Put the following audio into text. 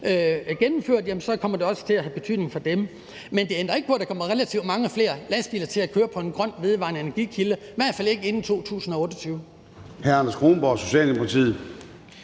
jamen så kommer det også til at have betydning for dem. Men det ændrer ikke på, at der relativt set ikke vil være mange flere lastbiler, der kommer til at køre på grøn, vedvarende energi, i hvert fald ikke inden 2028.